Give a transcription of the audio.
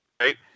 Right